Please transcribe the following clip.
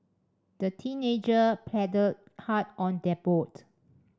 the teenager paddled hard on their boat